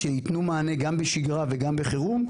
שייתנו מענה גם בשגרה וגם בחירום.